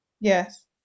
yes